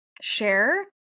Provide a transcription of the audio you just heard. share